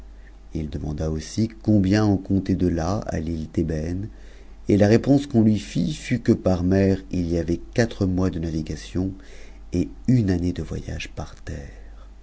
h demanda ssi combien on comptait de là à l'ue d'ébène et la réponse qu'on lui lit fut que par mer il y avait quatre mois de navigation et une année de m'aee par terre